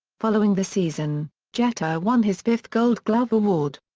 following the season, jeter won his fifth gold glove award.